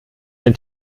den